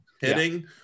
hitting